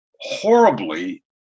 horribly